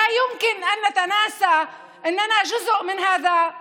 לא יכול להיות שנשכח בכוונה שאנו חלק מהאומה